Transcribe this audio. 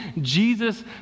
Jesus